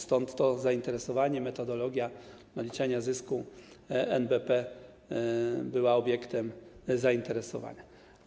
Stąd to zainteresowanie, metodologia naliczania zysku NBP była obiektem zainteresowania.